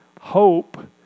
hope